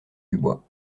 dubois